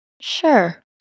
Sure